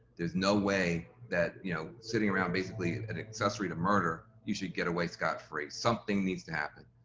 there's no way that, you know, sitting around, basically, an accessory to murder, you should get away scot-free, something needs to happen.